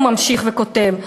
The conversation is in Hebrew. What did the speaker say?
הוא ממשיך וכותב,